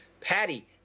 Patty